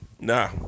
Nah